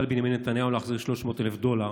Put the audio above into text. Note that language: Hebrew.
לבנימין נתניהו להחזיר 300,000 דולר